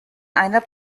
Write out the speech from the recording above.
einer